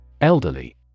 Elderly